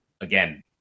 Again